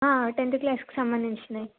tenth క్లాస్కి సంబంధించినవి